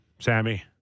Sammy